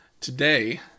Today